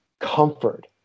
comfort